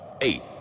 eight